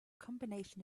combination